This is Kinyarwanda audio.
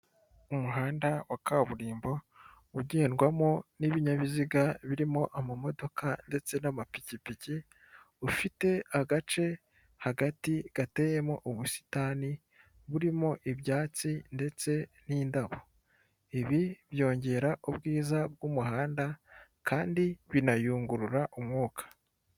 Umuhanda wa kaburimbo ugendwamo n'ibinyabiziga birimo amamodoka ndetse n'amapikipiki, ufite agace hagati gateyemo ubusitani burimo ibyatsi ndetse n'indabo; ibi byongera ubwiza bw'umuhanda kandi binayungurura umwuka.